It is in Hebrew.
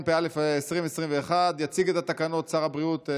התשפ"א 2021. יציג את התקנות שר הבריאות,